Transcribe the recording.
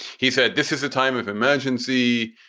he said this is a time of emergency.